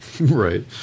Right